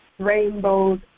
rainbows